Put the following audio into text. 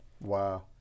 Wow